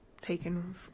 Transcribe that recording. taken